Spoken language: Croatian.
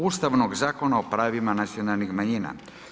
Ustavnoga zakona o pravima nacionalnih manjima.